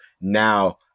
now